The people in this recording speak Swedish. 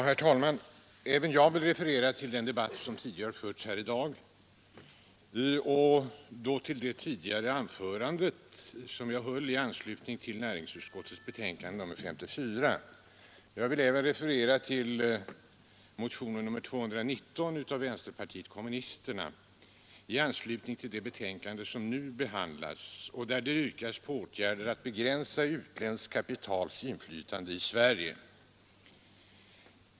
Herr talman! Även jag vill referera till den debatt som tidigare förts här i dag och då till det anförande som jag höll i anslutning till näringsutskottets betänkande nr 54. Jag vill även referera till motionen 219 från vänsterpartiet kommunisterna i anslutning till det betänkande som nu behandlas och där det yrkas på åtgärder för att begränsa utländskt kapitals inflytande i Sverige.